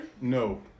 No